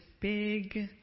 big